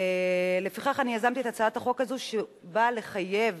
לפיכך יזמתי את הצעת החוק הזאת, שבאה לחייב